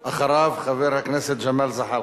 אחריו, חבר הכנסת ג'מאל זחאלקה.